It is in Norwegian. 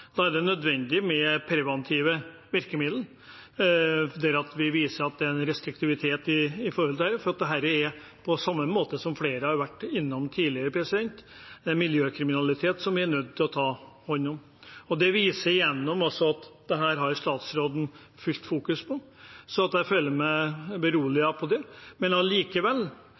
Da tror jeg det er nødvendig med preventive virkemidler, at man viser at man er restriktiv til dette, for dette er, som flere har vært innom tidligere, miljøkriminalitet som man er nødt til å ta hånd om. Statsråden har fullt fokus på det, så jeg føler meg beroliget, men allikevel